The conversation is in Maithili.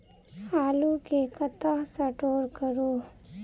आलु केँ कतह स्टोर करू?